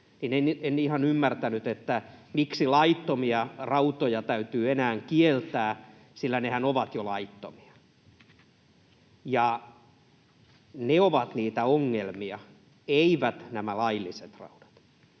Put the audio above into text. En ihan ymmärtänyt, miksi laittomia rautoja täytyy enää kieltää, sillä nehän ovat jo laittomia. Ja ne ovat niitä ongelmia, eivät nämä lailliset raudat.